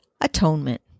Atonement